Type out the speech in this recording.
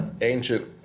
ancient